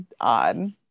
odd